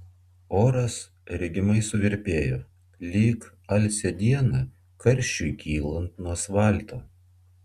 oras regimai suvirpėjo lyg alsią dieną karščiui kylant nuo asfalto